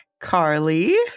Carly